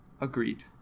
Agreed